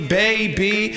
baby